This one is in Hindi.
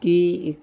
कि